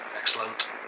Excellent